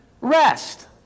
rest